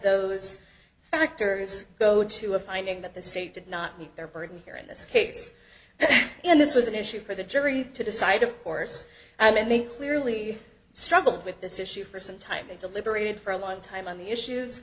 those factors go to a finding that the state did not meet their burden here in this case and this was an issue for the jury to decide of course and they clearly struggled with this issue for some time they deliberated for a long time on the